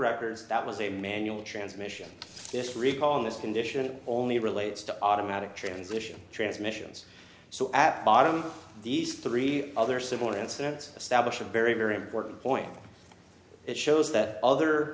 records that was a manual transmission this recall on this condition only relates to automatic transmission transmissions so at bottom these three other similar incidents establish a very very important point it shows th